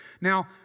Now